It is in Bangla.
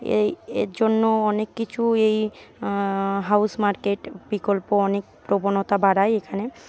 এই এর জন্য অনেক কিছু এই হাউজ মার্কেট বিকল্প অনেক প্রবণতা বাড়ায় এখানে